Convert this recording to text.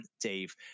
Dave